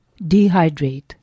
dehydrate